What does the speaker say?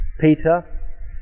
Peter